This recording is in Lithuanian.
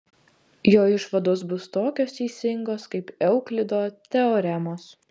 jo išvados bus tokios teisingos kaip euklido teoremos